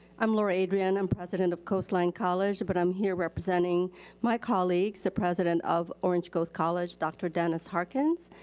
i'm lori adrian. i'm president of coastline college, but i'm here representing my colleagues, the president of orange coast college, dr. dennis harkins,